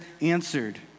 answered